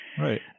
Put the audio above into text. Right